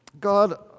God